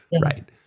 Right